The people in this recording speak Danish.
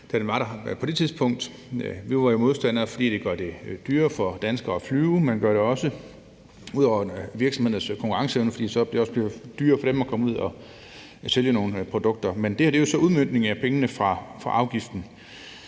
på det tidspunkt. Vi var jo modstandere, fordi det gør det dyrere for danskere at flyve, men det går også ud over virksomhedernes konkurrenceevne, fordi det også bliver dyrere for dem at komme ud og sælge nogle produkter. Det her er udmøntningen af pengene fra afgiften,